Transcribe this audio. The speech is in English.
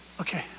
okay